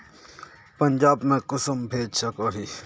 पंजाब में कुंसम भेज सकोही?